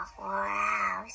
wow